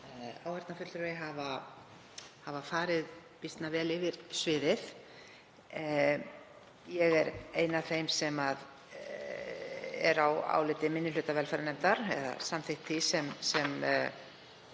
áheyrnarfulltrúi, hafa farið býsna vel yfir sviðið. Ég er ein af þeim sem er á áliti minni hluta velferðarnefndar, ég er samþykk því sem